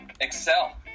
excel